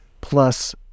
plus